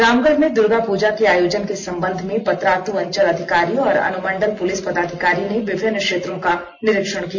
रामगढ़ में दुर्गा पूजा के आयोजन के संबंध में पतरातू अंचल अधिकारी और अनुमंडल पुलिस पदाधिकारी ने विभिन्न क्षेत्रों का निरीक्षण किया